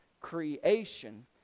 creation